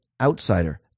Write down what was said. outsider